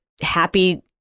happy